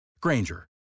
Granger